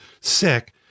sick